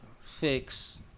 fix